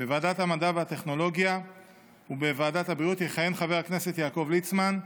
בוועדת המדע והטכנולוגיה ובוועדת הבריאות יכהן חבר הכנסת יעקב ליצמן.